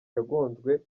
yagonzwe